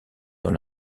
dans